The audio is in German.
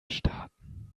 starten